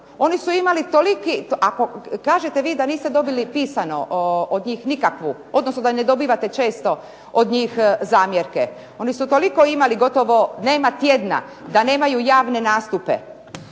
Oni su imali toliki, ako kažete vi da niste dobili pisano od njih nikakvu, odnosno da ne dobivate često od njih zamjerke, oni su toliko imali, gotovo nema tjedna da nemaju javne nastupe.